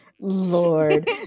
lord